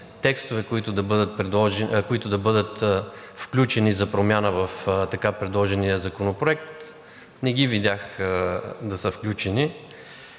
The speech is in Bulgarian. промяна, които да бъдат включени в така предложения законопроект – не ги видях да са включени.